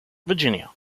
virginia